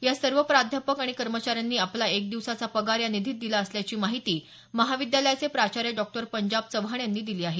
या सर्व प्राध्यापक आणि कर्मचाऱ्यांनी आपला एक दिवसाचा पगार या निधीत दिला असल्याची माहिती महाविद्यालयाचे प्राचार्य डॉ पंजाब चव्हाण यांनी दिली आहे